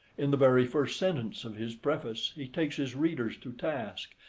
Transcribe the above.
in the very first sentence of his preface he takes his readers to task,